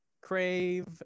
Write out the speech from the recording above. Crave